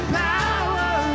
power